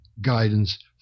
guidance